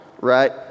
right